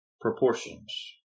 proportions